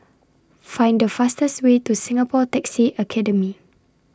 Find The fastest Way to Singapore Taxi Academy